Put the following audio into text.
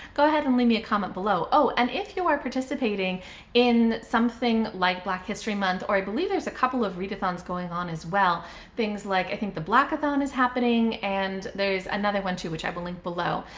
go ahead and leave me a comment below. oh, and if you are participating in something like black history month or i believe there's a couple of readathons going on as well things like i think the blackathon is happening, and there's another one too, which i will link below.